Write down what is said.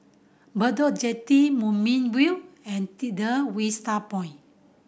Bedok Jetty Moonbeam View and Vista